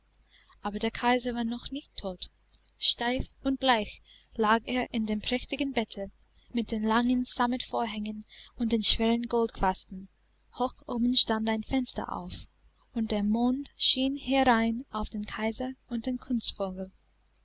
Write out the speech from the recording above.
aber der kaiser war noch nicht tot steif und bleich lag er in dem prächtigen bette mit den langen sammetvorhängen und den schweren goldquasten hoch oben stand ein fenster auf und der mond schien herein auf den kaiser und den